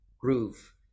groove